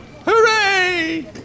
Hooray